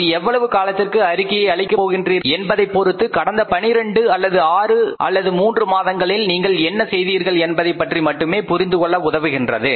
அது எவ்வளவு காலத்திற்கு அறிக்கையை அளிக்கப் போகிறீர்கள் என்பதைப் பொறுத்து கடந்த 12 அல்லது 6 அல்லது 3 மாதங்களில் நீங்கள் என்ன செய்தீர்கள் என்பதை பற்றி மட்டுமே புரிந்துகொள்ள உதவுகின்றது